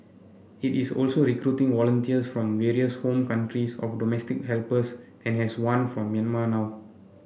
it is also recruiting volunteers from the various home countries of domestic helpers and has one from Myanmar now